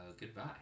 goodbye